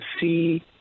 see